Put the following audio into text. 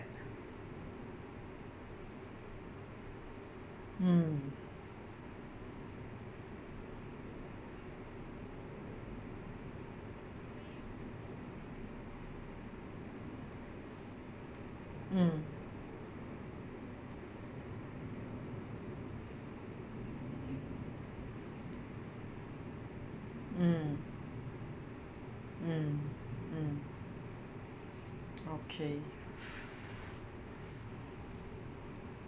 mm mm mm mm mm okay